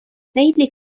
خیلی